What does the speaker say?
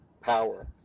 power